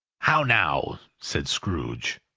how now! said scrooge,